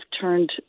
turned